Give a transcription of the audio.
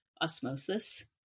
osmosis